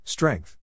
Strength